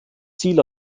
ziel